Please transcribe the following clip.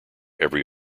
every